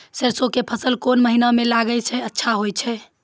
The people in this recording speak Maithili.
सरसों के फसल कोन महिना म लगैला सऽ अच्छा होय छै?